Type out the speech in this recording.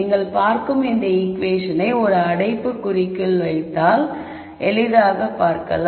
நீங்கள் பார்க்கும் இந்த ஈகுவேஷனை ஒரு அடைப்புக்குறிக்குள் வைத்தால் எளிதாக பார்க்கலாம்